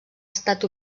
estat